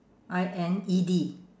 I N E D